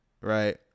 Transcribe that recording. right